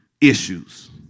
issues